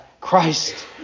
Christ